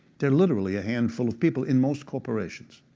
they're literally a handful of people in most corporations.